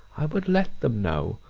i would let them know,